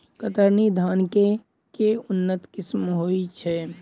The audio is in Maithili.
कतरनी धान केँ के उन्नत किसिम होइ छैय?